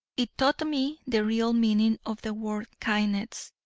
it taught me the real meaning of the word kindness,